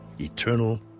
eternal